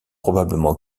probablement